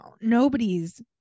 nobody's